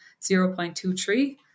0.23